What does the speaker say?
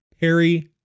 Perry